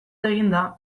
eginda